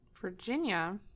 Virginia